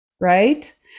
Right